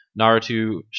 Naruto